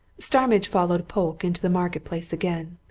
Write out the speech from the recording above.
starmidge followed polke into the market-place again.